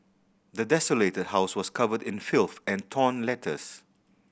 the desolated house was covered in filth and torn letters